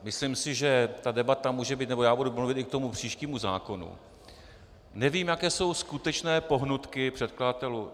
Myslím si, že ta debata může být, nebo já budu mluvit i k příštímu zákonu, nevím, jaké jsou skutečné pohnutky předkladatelů.